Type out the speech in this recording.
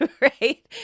right